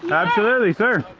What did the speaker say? and absolutely sir,